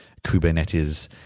Kubernetes